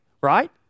right